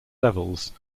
levels